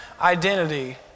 identity